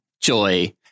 Joy